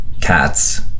cats